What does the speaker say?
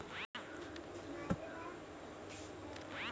गुंतवणूक करताना काय काय तपासायच?